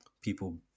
people